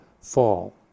fall